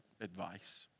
advice